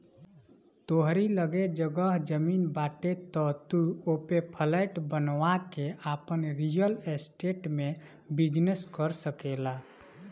तोहरी लगे जगह जमीन बाटे तअ तू ओपे फ्लैट बनवा के आपन रियल स्टेट में बिजनेस कर सकेला